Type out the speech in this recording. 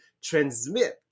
transmit